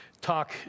talk